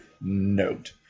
note